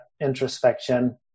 introspection